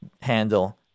handle